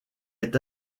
est